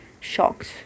shocked